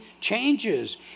changes